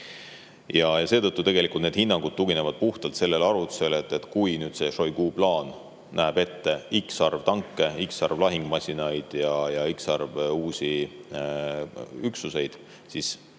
Seetõttu tegelikult need hinnangud tuginevad puhtalt sellel arvutusel, et kui nüüd see Šoigu plaan näeb ette x arv tanke, x arv [muid] lahingumasinaid ja x arv uusi üksuseid, siis